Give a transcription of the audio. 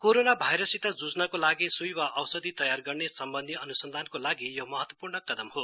corona भाइरससित जुझ्नको लागि सुइ वा औषधि तैयार गर्ने सम्वन्धि अनुसन्धानको लागि यो महत्वपूर्ण कदम हो